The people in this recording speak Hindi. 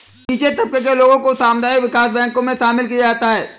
नीचे तबके के लोगों को सामुदायिक विकास बैंकों मे शामिल किया जाता है